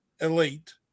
elite